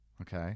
okay